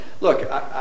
look